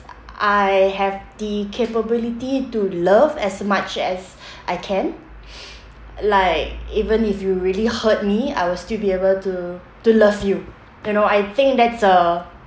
I have the capability to love as much as I can like even if you really hurt me I will still be able to to love you you know I think that's a